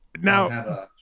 now